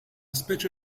specie